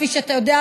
כפי שאתה יודע,